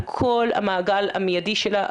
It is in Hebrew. על כל המעגל המיידי שלה,